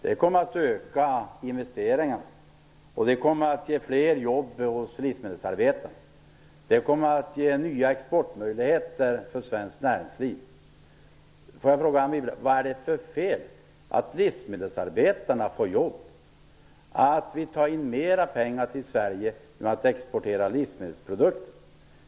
Detta kommer att öka investeringarna och att ge Livsmedelsarbetarna fler jobb. Detta kommer också att ge svenskt näringsliv nya exportmöjligheter. Vad är det för fel, Anne Wibble, med att Livsmedelsarbetarna får jobb och att vi tar in mera pengar till Sverige genom att exportera livsmedelsprodukter?